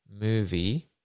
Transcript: movie